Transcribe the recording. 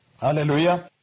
Hallelujah